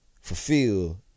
fulfill